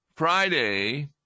Friday